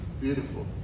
beautiful